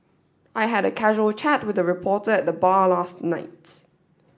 I had a casual chat with a reporter at the bar last night